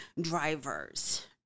drivers